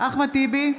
אחמד טיבי,